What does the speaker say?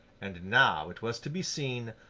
and now it was to be seen,